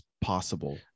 possible